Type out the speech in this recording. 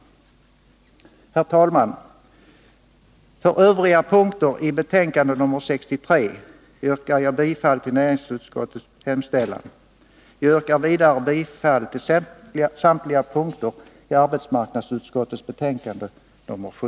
Herr talman! På övriga punkter i näringsutskottets betänkande nr 63 yrkar jag bifall till utskottets hemställan. Jag yrkar vidare bifall till utskottets hemställan på samtliga punkter i arbetsmarknadsutskottets betänkande nr i”.